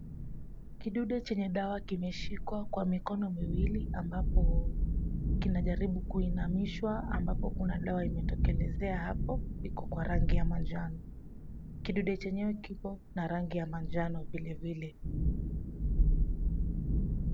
Kidude chenye dawa kimeshikwa kwa mikino miwili. Ambapo kinajaribu kuinamishwa ambapo kuna dawa itatokelezea hapo iko kwa rangi ya manjano. Kidude chenyewe kina rangi ya manjano pia.